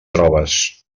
trobes